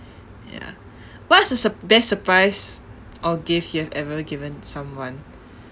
ya what's the sur~ best surprise or gift you have ever given someone